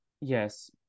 Yes